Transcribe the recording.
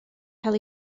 cael